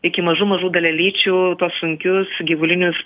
iki mažų mažų dalelyčių tuos sunkius gyvulinius